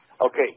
Okay